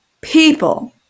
people